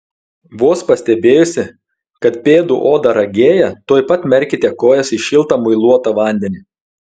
vos pastebėjusi kad pėdų oda ragėja tuoj pat merkite kojas į šiltą muiluotą vandenį